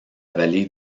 vallée